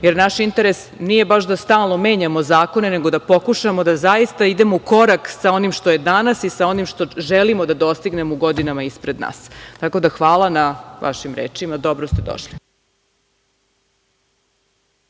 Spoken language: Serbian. jer naš interes nije baš da stalno menjamo zakone, nego da pokušamo da zaista idemo u korak sa onim što je danas i sa onim što želimo da dostignemo u godinama ispred nas. Hvala na vašim rečima, dobro ste došli.